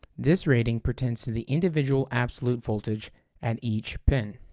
this rating pertains to the individual absolute voltage at each pin.